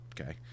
okay